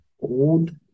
old